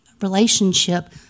relationship